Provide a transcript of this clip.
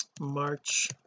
march